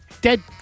Dead